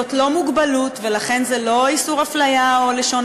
וזאת לא מוגבלות ולכן זה לא איסור אפליה או לשון